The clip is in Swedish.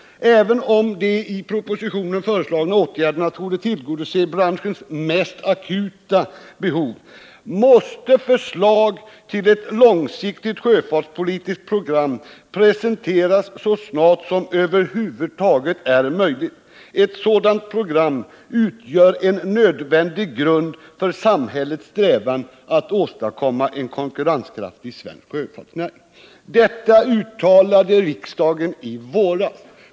Även om de i propositionen föreslagna åtgärderna torde tillgodose branschens mest akuta behov måste förslag till ett långsiktigt sjöfartspolitiskt program presenteras så snart som över huvud taget är möjligt. Ett sådant program utgör en nödvändig grund för samhällets strävan att åstadkomma en konkurrenskraftig svensk sjöfartsnäring.” Detta uttalade riksdagen i våras.